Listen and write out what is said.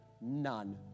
None